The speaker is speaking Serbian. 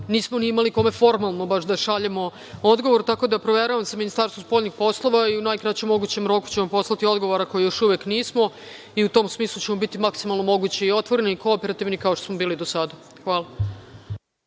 nismo imali kome formalno baš da šaljemo odgovor, tako da proveravam sa Ministarstvom spoljnih poslova i u najkraćem mogućem roku ćemo vam poslati odgovor, ako još uvek nismo, i u tom smislu ćemo biti maksimalno moguće i otvoreni, kooperativni, kao što smo bili do sada. Hvala.